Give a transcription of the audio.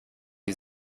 die